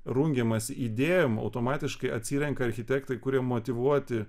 rungiamasi įdėjom automatiškai atsirenka architektai kurie motyvuoti